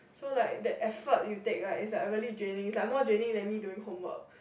so like that effort you take right is like a really draining is like more draining than me doing homework